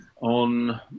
on